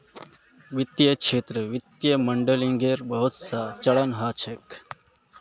वित्तीय क्षेत्रत वित्तीय मॉडलिंगेर बहुत स चरण ह छेक